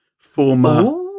former